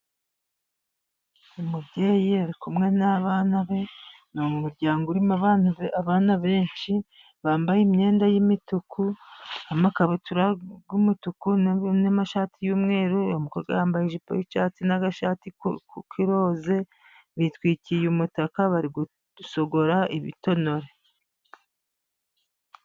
Umubyeyi ari kumwe n'abana be ni mu muryango urimo abana benshi bambaye imyenda y'imituku, amakabutura y'umutuku, n'amashati y'umweru. Umukobwa yambaye ijipo y'icyatsi n'agashati kiroza bitwikiriye umutaka bari gusogora ibitonore.